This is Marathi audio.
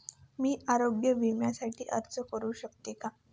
मी आरोग्य विम्यासाठी अर्ज करू शकतो का?